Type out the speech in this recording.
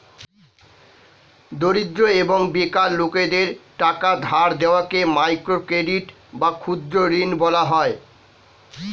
দরিদ্র এবং বেকার লোকদের টাকা ধার দেওয়াকে মাইক্রো ক্রেডিট বা ক্ষুদ্র ঋণ বলা হয়